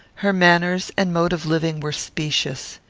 her manners and mode of living were specious.